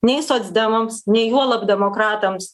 nei socdemams nei juolab demokratams